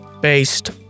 based